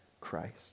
Christ